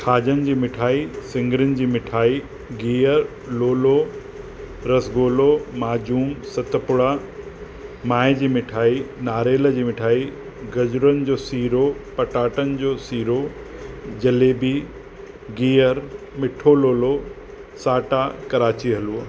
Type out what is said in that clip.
खाजन जी मिठाई सिंगरन जी मिठाई घीअर लोलो रसगुलो माजून सतपुड़ा माए जी मिठाई नारेल जी मिठाई गजरन जो सीरो पटाटान जो सीरो जलेबी गिहरु मिठो लोलो साटा कराची हलवो